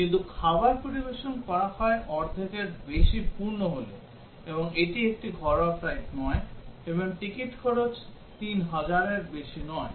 কিন্তু খাবার পরিবেশন করা হয় অর্ধেকের বেশি পূর্ণ হলে এবং এটি একটি ঘরোয়া ফ্লাইট নয় এবং টিকিট খরচ 3000 এর বেশি নয়